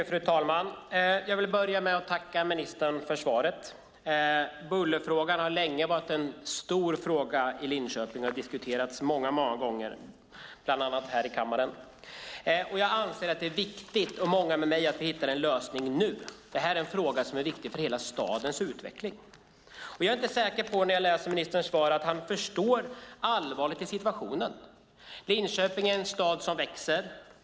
Fru talman! Jag vill börja med att tacka ministern för svaret. Bullerfrågan har länge varit en stor fråga i Linköping, och den har diskuterats många gånger, bland annat här i kammaren. Jag, och många med mig, anser att det är viktigt att vi hittar en lösning nu . Det här är en fråga som är viktig för hela stadens utveckling. När jag läser ministerns svar är jag inte säker på att han förstår allvaret i situationen. Linköping är en stad som växer.